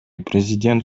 президент